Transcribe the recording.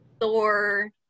Thor